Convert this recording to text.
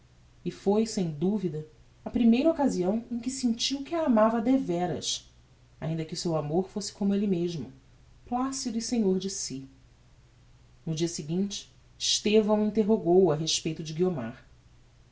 e foi sem duvida a primeira occasião em que sentiu que a amava devéras ainda que o seu amor fosse como elle mesmo placido e senhor de si no dia seguinte estevão interrogou-o a respeito de guiomar